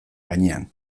gainean